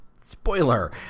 spoiler